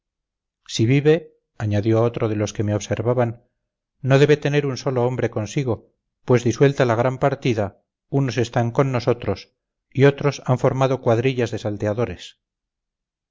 si vive añadió otro de los que me observaban no debe tener un solo hombre consigo pues disuelta la gran partida unos están con nosotros y otros han formado cuadrillas de salteadores